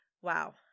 wow